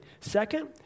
Second